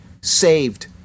saved